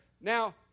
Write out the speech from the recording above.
now